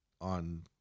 on